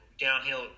downhill